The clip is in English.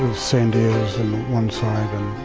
sandias on one side and